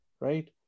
right